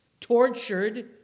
tortured